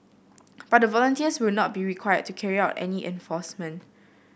but the volunteers will not be required to carry out any enforcement